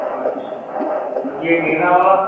अच्छा ये गेंदा वाला